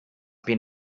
been